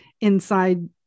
inside